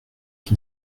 qui